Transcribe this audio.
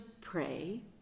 pray